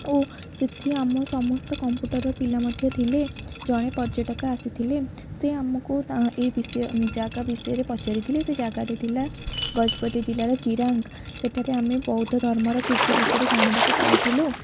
ଓ ସେଇଠି ଆମ ସମସ୍ତ କମ୍ପୁଟର୍ର ପିଲା ମଧ୍ୟ ଥିଲେ ଜଣେ ପର୍ଯ୍ୟଟକ ଆସିଥିଲେ ସେ ଆମକୁ ତା ଏ ବିଷୟ ଜାଗା ବିଷୟରେ ପଚାରିଥିଲେ ସେ ଜାଗାରେ ଥିଲା ଗଜପତି ଜିଲ୍ଲାର ଜିରାଙ୍ଗ୍ ସେଠାରେ ଆମେ ବୌଦ୍ଧ ଧର୍ମର କୀର୍ତ୍ତି ବିଷୟରେ ଜଣିବାକୁ ପାଇଥିଲୁ